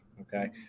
Okay